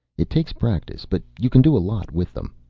it takes practice. but you can do a lot with them.